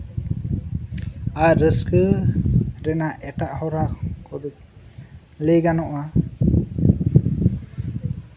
ᱟᱨ ᱨᱟᱹᱥᱠᱟᱹ ᱨᱮᱱᱟᱜ ᱮᱴᱟᱜ ᱦᱚᱨᱟ ᱠᱚᱫᱚ ᱞᱟᱹᱭ ᱜᱟᱱᱚᱜᱼᱟ